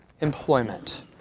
employment